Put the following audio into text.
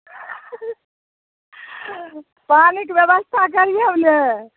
पानिके बेबस्था करिऔ ने